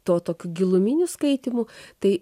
tuo tokiu giluminiu skaitymu tai